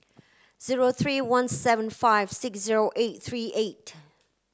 zero three one seven five six zero eight three eight